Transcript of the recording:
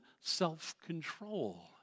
self-control